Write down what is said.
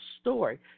story